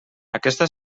aquesta